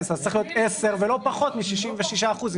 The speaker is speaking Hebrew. אז צריך להיות 10 ולא פחות מ-66 אחוז,